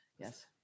Yes